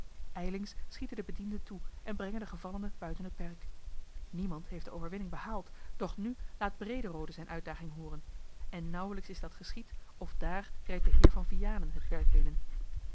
ijlings schieten de bedienden toe en brengen den gevallene buiten het perk niemand heeft de overwinning behaald doch nu laat brederode zijne uitdaging hooren en nauwelijks is dat geschied of daar rijdt de heer van vianen het perk binnen